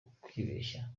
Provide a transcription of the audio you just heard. ukwibeshya